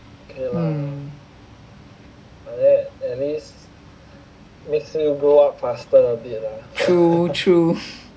mm true true